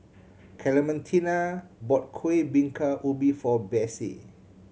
Clementina bought Kuih Bingka Ubi for Besse